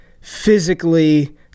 physically